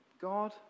God